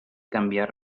cambiar